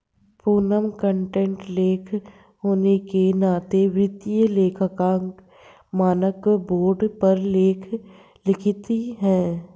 Poonam content लेखक होने के नाते वित्तीय लेखांकन मानक बोर्ड पर लेख लिखती है